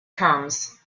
terms